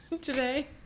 today